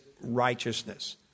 righteousness